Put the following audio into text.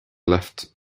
left